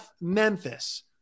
Memphis